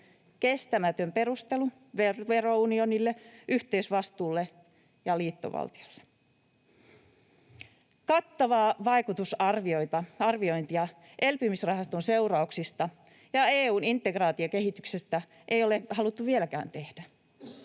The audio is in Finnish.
Kestämätön perustelu verounionille, yhteisvastuulle ja liittovaltiolle. Kattavaa vaikutusarviointia elpymisrahaston seurauksista ja EU:n integraatiokehityksestä ei ole haluttu vieläkään tehdä.